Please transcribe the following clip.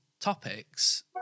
topics